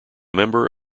member